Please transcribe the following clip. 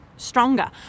Stronger